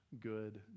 good